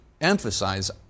emphasize